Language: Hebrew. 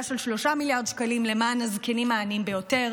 של 3 מיליארד שקלים למען הזקנים העניים ביותר,